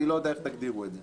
אני לא יודע איך תגדירו את זה.